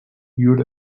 llur